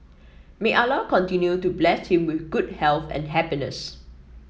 may Allah continue to bless him with good health and happiness